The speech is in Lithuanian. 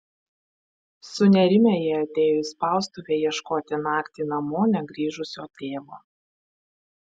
sunerimę jie atėjo į spaustuvę ieškoti naktį namo negrįžusio tėvo